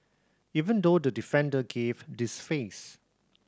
even though the defender gave this face